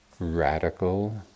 radical